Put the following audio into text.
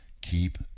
Keep